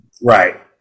Right